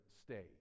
stay